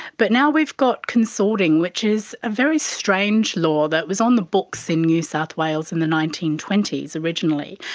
but now we've got consorting, which is a very strange law that was on the books in new south wales in the nineteen twenty s originally,